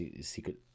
secret